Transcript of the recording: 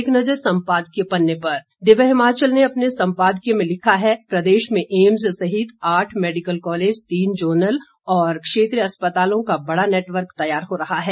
एक नज़र सम्पादकीय पन्ने पर दिव्य हिमाचल ने अपने संपादकीय में लिखा है प्रदेश में एम्स सहित आठ मेडिकल कॉलेज तीन जोनल और क्षेत्रीय अस्पतालों का बड़ा नेटवर्क तैयार हो रहा है